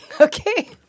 Okay